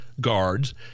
Guards